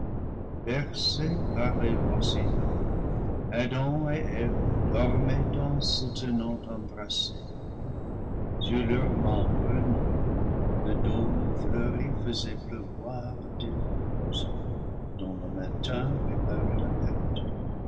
rossignols adam et eve dormaient en se tenant embrassés sur leurs membres nus le dôme fleuri faisait pleuvoir des roses dont le matin réparait la